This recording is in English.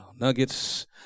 nuggets